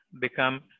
become